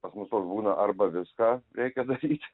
pas mus toks būna arba viską reikia daryt